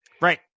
Right